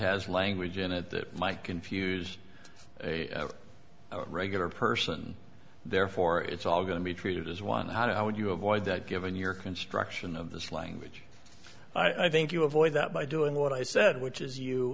has language in it that might confuse a regular person therefore it's all going to be treated as one how would you avoid that given your construction of this language i think you avoid that by doing what i said which is you